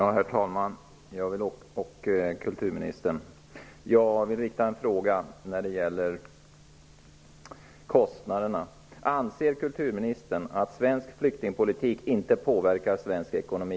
Herr talman! Kulturministern! Jag vill ställa en fråga när det gäller kostnaderna. Anser kulturministern att svensk flyktingpolitik inte påverkar svensk ekonomi?